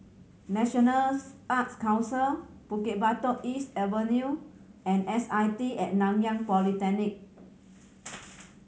National Arts Council Bukit Batok East Avenue and S I T At Nanyang Polytechnic